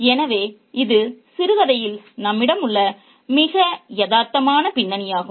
எனவே இது சிறுகதையில் நம்மிடம் உள்ள மிக யதார்த்தமான பின்னணியாகும்